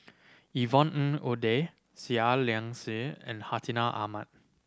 Yvonne Ng Uhde Seah Liang Seah and Hartinah Ahmad